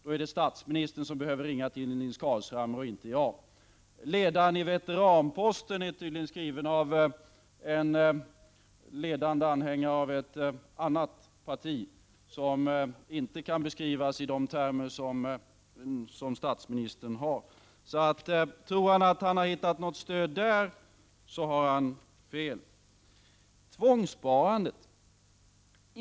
Det är i så fall statsministern och inte jag som behöver ringa till honom. Ledaren i Veteranposten är tydligen skriven av en ledande anhängare av ett annat parti, som inte kan beskrivas i de termer som statsministern använder. Tror han att han har hittat något stöd där, så har han alltså fel.